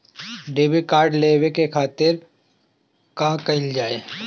Debit card लेवे के खातिर का कइल जाइ?